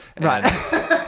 Right